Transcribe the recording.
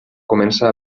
comença